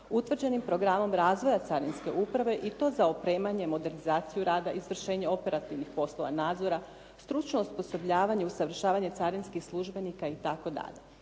utvrđenih programom razvoja carinske uprave i to za opremanje, modernizaciju rada, izvršenje operativnih poslova nadzora, stručno osposobljavanje i usavršavanje carinskih službenika i